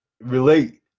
relate